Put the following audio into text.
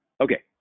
Okay